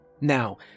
Now